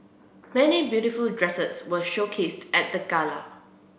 many beautiful dresses were showcased at the gala